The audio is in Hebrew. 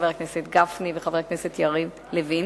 חבר הכנסת גפני וחבר הכנסת יריב לוין.